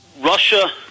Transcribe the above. Russia